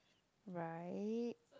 right